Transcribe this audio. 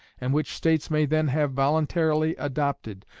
and which states may then have voluntarily adopted,